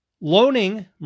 loaning